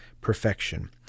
perfection